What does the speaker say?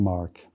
Mark